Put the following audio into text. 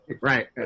Right